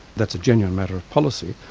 that's a genuine matter of policy.